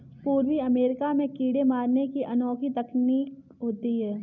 पूर्वी अमेरिका में कीड़े मारने की अनोखी तकनीक होती है